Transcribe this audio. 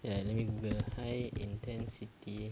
ya let me google ah high intensity